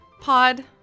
pod